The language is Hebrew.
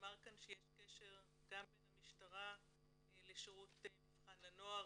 נאמר כאן שיש קשר גם בין המשטרה לשירות המבחן לנוער,